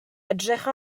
edrych